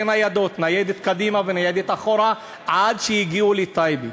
ניידות מקדימה ומאחורה עד שהגיעו לטייבה.